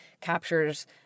captures